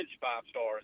five-stars